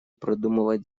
продумывать